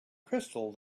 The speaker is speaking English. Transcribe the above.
crystal